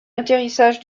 atterrissage